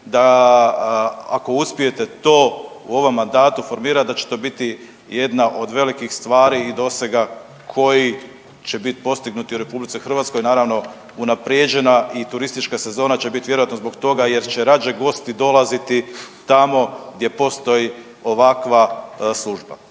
da ako uspijete to u ovom mandatu formirat da će to biti jedna od velikih stvari i dosega koji će biti postignuti u RH, a naravno unaprijeđena i turistička sezona će biti vjerojatno zbog toga jer će rađe gosti dolaziti tamo gdje postoji ovakva služba.